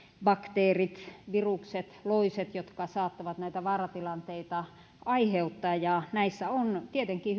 bakteerit virukset loiset jotka saattavat näitä vaaratilanteita aiheuttaa näissä on tietenkin